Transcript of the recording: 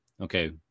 okay